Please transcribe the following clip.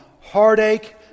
heartache